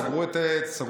סגרו את המְצָרִים,